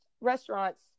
restaurants